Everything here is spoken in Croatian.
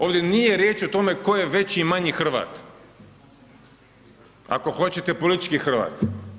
Ovdje nije riječ o tome tko je veći, manji Hrvat, ako hoćete politički Hrvat.